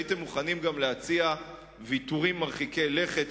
והייתם מוכנים גם להציע ויתורים מרחיקי לכת,